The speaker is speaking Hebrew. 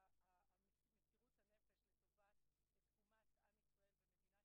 מסירות הנפש לטובת תקומת עם ישראל ומדינת